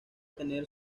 tener